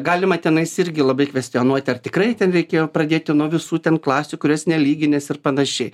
galima tenais irgi labai kvestionuoti ar tikrai ten reikėjo pradėti nuo visų ten klasių kurios nelyginės ir panašiai